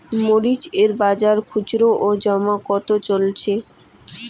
মরিচ এর বাজার খুচরো ও জমা কত চলছে?